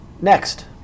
Next